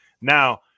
Now